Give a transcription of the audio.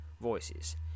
voices